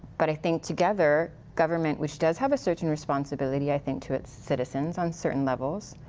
but i think together, government which does have a certain responsibility, i think to its citizens on certain levels,